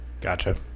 Gotcha